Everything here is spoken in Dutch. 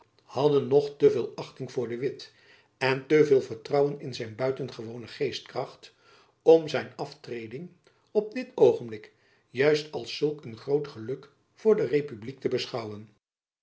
hadden nog te veel achting voor de witt en te veel vertrouwen in zijn buitengewone geestkracht om zijn aftreding op dit oogenblik juist als zulk een groot geluk voor de republiek te beschouwen